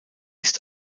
ist